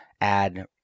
add